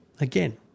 Again